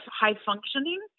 high-functioning